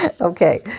Okay